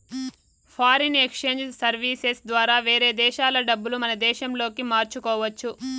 foreign exchange services ద్వారా వేరే దేశాల డబ్బులు మన దేశంలోకి మార్చుకోవచ్చు